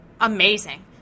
amazing